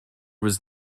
was